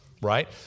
Right